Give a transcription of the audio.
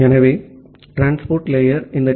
ஆகவே transport layer இந்த D